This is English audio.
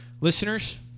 listeners